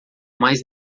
mais